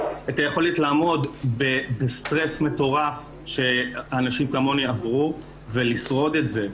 את היכולת לעמוס בסטרס מטורף שאנשים כמוני עברו ולשרוד את זה.